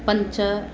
पञ्च